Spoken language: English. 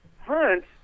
Hunt